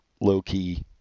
low-key